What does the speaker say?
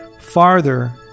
farther